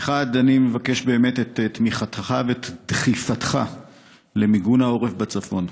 אני מבקש באמת את תמיכתך ואת דחיפתך למיגון העורף בצפון.